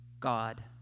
God